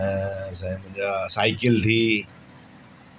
ऐं साईं मुंहिंजा साइकिल थी